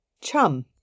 Chum